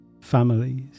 families